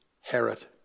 Herod